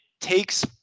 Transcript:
takes